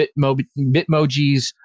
bitmojis